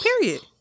Period